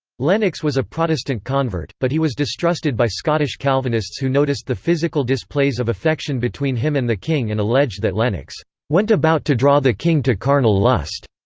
lennox was a protestant convert, but he was distrusted by scottish calvinists who noticed the physical displays of affection between him and the king and alleged that lennox went about to draw the king to carnal lust.